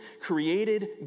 created